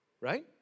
right